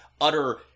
utter